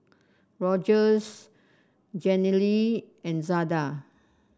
Rogers Jenilee and Zada